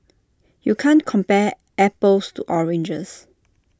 you can't compare apples to oranges